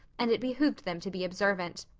and it behooved them to be observant.